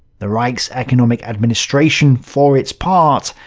the reich's economic administration, for its part,